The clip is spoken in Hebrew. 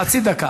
חצי דקה.